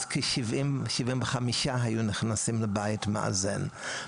אז כ-75 היו נכנסים לבית מאזן.